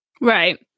Right